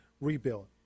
rebuild